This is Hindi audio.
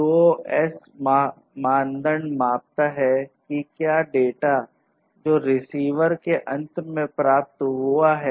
QoS मानदंड मापता है कि क्या डेटा जो रिसीवर के अंत में प्राप्त हुआ है